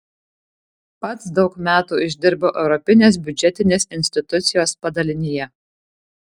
pats daug metų išdirbau europinės biudžetinės institucijos padalinyje